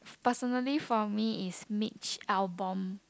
personally for me is Mitch-Albom